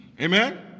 Amen